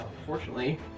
Unfortunately